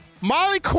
Molly